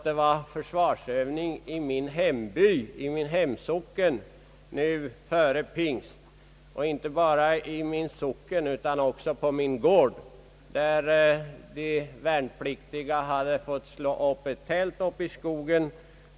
Det var en försvarsövning i min hemsocken före pingst — inte bara i min hemsocken utan också på min gård, där de värnpliktiga fick slå upp ett tält i skogen.